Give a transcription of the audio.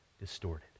distorted